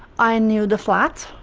i knew the flat,